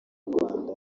rwanda